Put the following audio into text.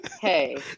hey